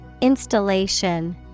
Installation